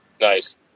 Nice